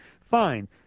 fine